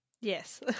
Yes